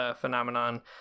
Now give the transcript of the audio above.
phenomenon